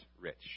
rich